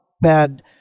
bad